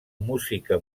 música